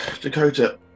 Dakota